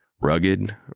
Rugged